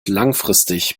langfristig